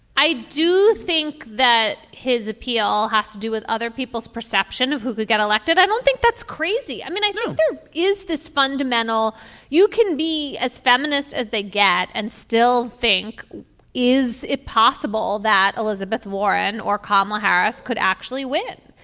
i do think that his appeal has to do with other people's perception of who could get elected i don't think that's crazy. i mean is this fundamental you can be as feminist as they get and still think is it possible that elizabeth warren or kamala harris could actually win.